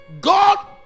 God